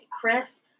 Chris